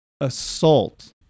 assault